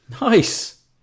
Nice